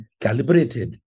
calibrated